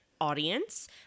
audience